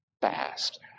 fast